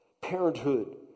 Parenthood